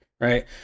right